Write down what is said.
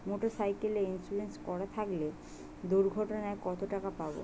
Motorcycle insurance করা থাকলে দুঃঘটনায় কতটাকা পাব?